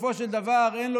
בסופו של דבר אין לו,